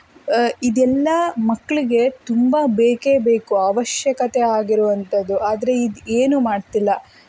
ಇದೆಲ್ಲ ಮಕ್ಕಳಿಗೆ ತುಂಬ ಬೇಕೇ ಬೇಕು ಅವಶ್ಯಕತೆ ಆಗಿರುವಂಥದ್ದು ಆದರೆ ಇದು ಏನು ಮಾಡ್ತಿಲ್ಲ